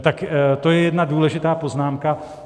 Tak to je jedna důležitá poznámka.